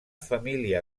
família